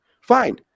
Fine